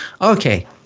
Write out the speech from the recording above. Okay